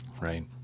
Right